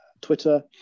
Twitter